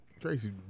Tracy